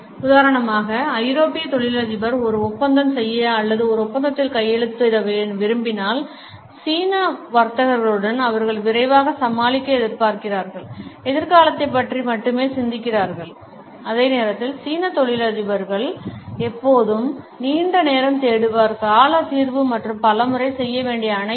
உதாரணமாக ஐரோப்பிய தொழிலதிபர் ஒரு ஒப்பந்தம் செய்ய அல்லதுஒரு ஒப்பந்தத்தில் கையெழுத்திட விரும்பினால் சீன வர்த்தகர்களுடன் அவர்கள் விரைவாகச் சமாளிக்க எதிர்பார்க்கிறார்கள் எதிர்காலத்தைப் பற்றி மட்டுமே சிந்திக்கிறார்கள் அதே நேரத்தில் சீன தொழிலதிபர் எப்போதும் நீண்ட நேரம் தேடுவார் கால தீர்வு மற்றும் பல முறை செய்ய வேண்டிய அனைத்தும்